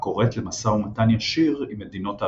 הקוראת למשא ומתן ישיר עם מדינות ערב.